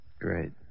Great